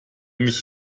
mich